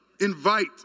Invite